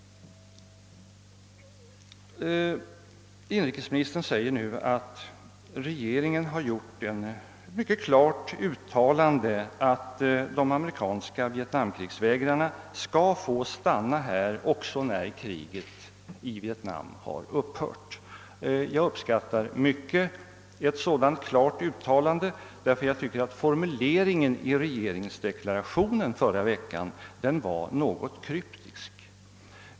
"Inrikesministern säger nu att regeringen gjort ett mycket klart uttalande om att de amerikanska vietnamkrigsvägrarna skall få stanna här också när kriget i Vietnam har upphört. Jag uppskattar mycket ett sådant klart uttalande, eftersom jag anser att formuleringen i regeringsdeklarationen förra veckan var något kryptisk.